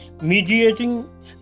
mediating